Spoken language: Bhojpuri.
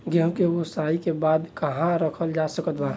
गेहूँ के ओसाई के बाद कहवा रखल जा सकत बा?